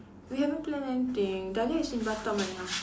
we haven't plan anything Dahlia is in Batam right now